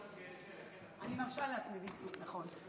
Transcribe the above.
אני מרשה לעצמי, נכון.